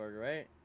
right